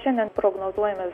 šiandien prognozuojami